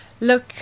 Look